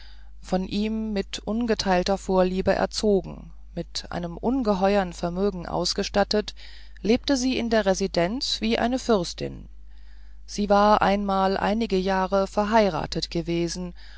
von ihm mit ungeteilter vorliebe erzogen mit einem ungeheuern vermögen ausgestattet lebte sie in der residenz wie eine fürstin sie war einmal einige jahre verheiratet gewesen